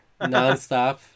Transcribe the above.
nonstop